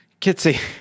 Kitsy